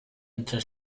entre